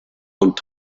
und